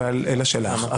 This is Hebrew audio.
אלא שלך.